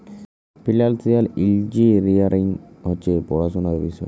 financial engineering হছে পড়াশুলার বিষয়